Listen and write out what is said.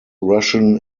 russian